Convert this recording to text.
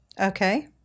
Okay